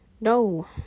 No